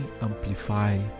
amplify